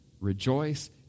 Rejoice